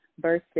versus